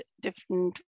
different